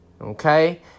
Okay